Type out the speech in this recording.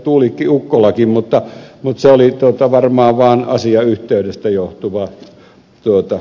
tuulikki ukkolakin mutta se oli varmaan vaan asiayhteydestä johtuva kehaisu